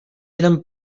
eren